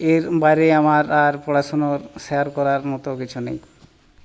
এর বাইরে আমার আর পড়াশুনোর শেয়ার করার মতো কিছু নেই